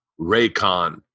Raycon